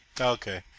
Okay